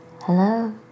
hello